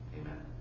Amen